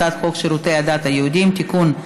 הצעת חוק שירותי הדת היהודיים (תיקון,